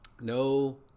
no